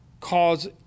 cause